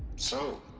so.